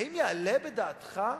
האם יעלה בדעתך,